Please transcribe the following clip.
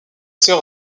sœur